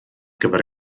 gyfer